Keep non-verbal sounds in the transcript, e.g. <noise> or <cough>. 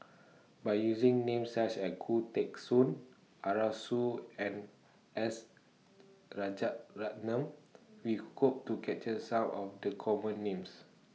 By using Names such as Khoo Teng Soon Arasu and S <noise> Rajaratnam We Hope to capture Some of The Common Names